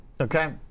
Okay